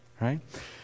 Right